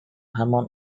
hormone